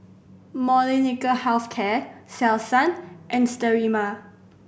Molnylcke Health Care Selsun and Sterimar